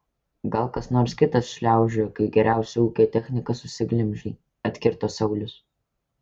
gal kas nors kitas šliaužiojo kai geriausią ūkio techniką susiglemžei atkirto saulius